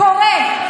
קורה,